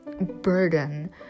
burden